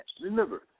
Remember